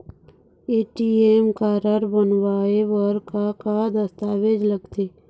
ATM card बनवाए बर का का दस्तावेज लगथे?